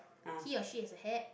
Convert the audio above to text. he or she has a hat